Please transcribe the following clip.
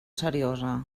seriosa